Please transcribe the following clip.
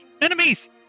Enemies